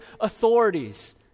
authorities